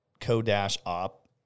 Co-op